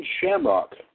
Shamrock